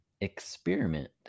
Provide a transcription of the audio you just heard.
experiment